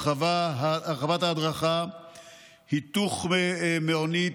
הרחבת ההדרכה התוך-מעונית,